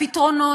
הפתרונות,